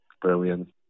Brilliant